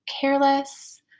careless